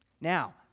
Now